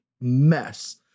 mess